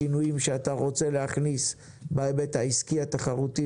שינויים שאתה רוצה להכניס בהיבט העסקי התחרותי